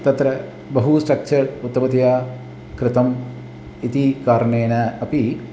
तत्र बहु स्ट्रक्चर् उत्तमतया कृतम् इति कारणेन अपि